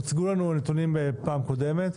הוצגו לנו הנתונים בפעם הקודמת.